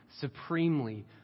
supremely